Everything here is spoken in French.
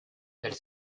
elles